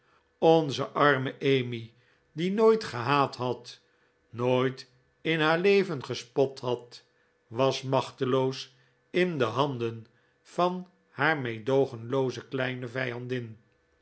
onze arme emmy die nooit gehaat had nooit in haar leven gespot had was machteloos in de handen van haar meedoogenlooze kleine vijandin